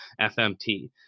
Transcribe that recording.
FMT